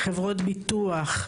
חברות ביטוח,